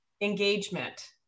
engagement